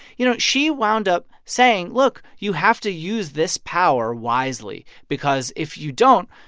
you know, she wound up saying, look. you have to use this power wisely because if you don't,